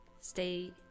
Stay